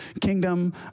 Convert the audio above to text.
kingdom